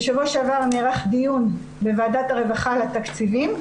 בשבוע שעבר נערך דיון בוועדת הרווחה על התקציבים.